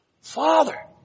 Father